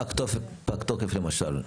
פג תוקף למשל?